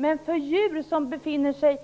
Men för djurarter som